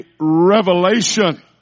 revelation